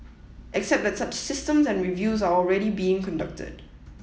except that such systems and reviews are already being conducted